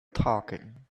talking